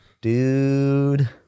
Dude